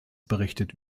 berichtet